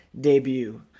debut